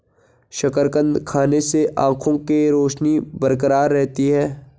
शकरकंद खाने से आंखों के रोशनी बरकरार रहती है